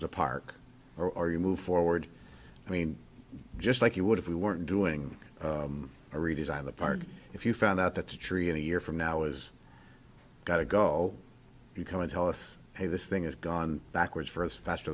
the park or you move forward i mean just like you would if we weren't doing a redesign the part if you found out that the tree in a year from now is got to go you can tell us hey this thing is gone backwards for us fast